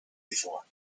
before